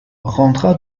rendra